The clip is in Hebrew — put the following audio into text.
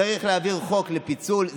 צריך להעביר חוק על פיצול.